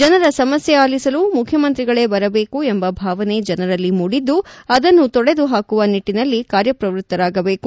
ಜನರ ಸಮಸ್ಯೆ ಆಲಿಸಲು ಮುಖ್ಯಮಂತ್ರಿಗಳೇ ಬರಬೇಕು ಎಂಬ ಭಾವನೆ ಜನರಲ್ಲಿ ಮೂಡಿದ್ದು ಅದನ್ನು ತೊಡೆದು ಹಾಕುವ ನಿಟ್ಟಿನಲ್ಲಿ ಕಾರ್ಯಪ್ರವೃತ್ತರಾಗಬೇಕು